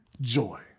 joy